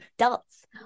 adults